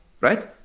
right